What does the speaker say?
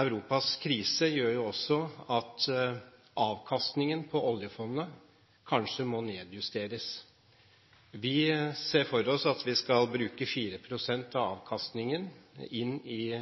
Europas krise gjør også at avkastningen på oljefondet kanskje må nedjusteres. Vi ser for oss at vi skal bruke ca. 4 pst. av avkastningen inn i